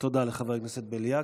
תודה לחבר הכנסת בליאק.